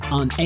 on